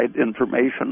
information